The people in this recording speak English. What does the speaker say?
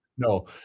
No